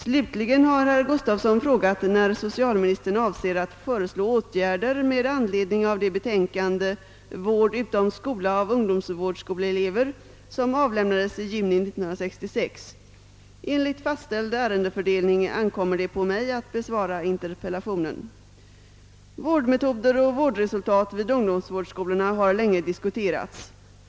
Slutligen har herr Gustavsson frågat när socialministern ämnar föreslå åtgärder med anledning av det betänkande, » Vård utom skola av ungdomsvårdsskoleelever», som avlämnades i juni 1966. Enligt fastställd ärendefördelning ankommer det på mig att besvara interpellationen. Vårdmetoder och vårdresultat vid ungdomsvårdsskolorna har länge diskuterats.